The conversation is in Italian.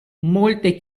molte